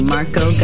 Marco